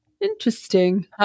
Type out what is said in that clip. interesting